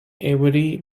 avery